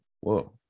whoa